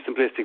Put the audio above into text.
simplistic